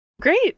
great